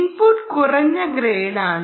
input കുറഞ്ഞ ഗ്രേഡാണ്